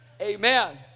amen